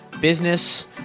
business